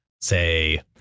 say